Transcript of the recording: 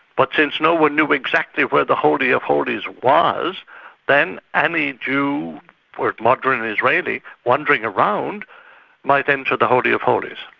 but since no one knew exactly where the holy of holies was then any jew or modern and israeli wandering around might enter the holy of holies.